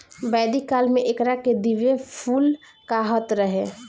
वैदिक काल में एकरा के दिव्य फूल कहात रहे